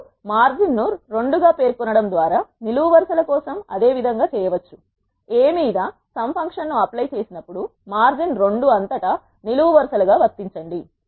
మీరు మార్జిన్ను 2 గా పేర్కొనడం ద్వారా నిలువు వరుస ల కోసం అదే విధంగా చేయవచ్చు A మీద సమ్ ఫంక్షన్ ను అప్లై చేసినప్పుడు మార్జిన్ 2 అంతటా నిలువు వరుసలుగా వర్తించండి